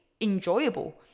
enjoyable